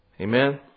Amen